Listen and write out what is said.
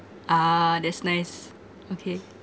ah that's nice okay